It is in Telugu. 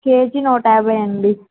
కేజీ నూటయాభై అండి